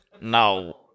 No